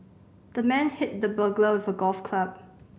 the man hit the burglar with a golf club